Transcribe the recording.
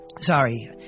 Sorry